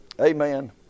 Amen